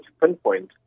pinpoint